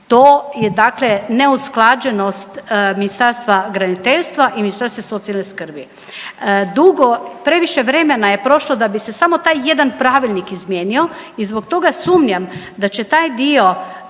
To je dakle neusklađenost Ministarstva graditeljstva i Ministarstva socijalne skrbi. Dugo, previše vremena je prošlo da bi se samo taj jedan pravilnik izmijenio i zbog toga sumnjam da će taj dio